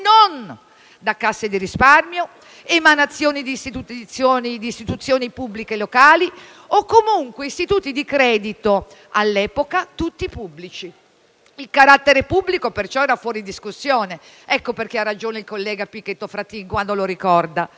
da casse di risparmio, emanazioni di istituzioni pubbliche locali o comunque istituti di credito all'epoca tutti pubblici. Il carattere pubblico, perciò, era fuori discussione - ecco perché ha ragione il collega Pichetto Fratin quando lo ricorda -